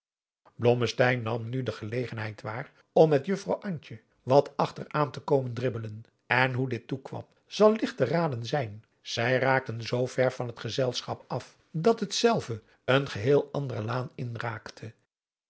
nam nu de gelegenheid waar om met juffrouw antje wat achter aan te komen dribbelen en hoe dit toekwam zal ligt te raden zijn zij raakten zoover van het gezelschap af dat hetzelve een geheel andere laan in raakte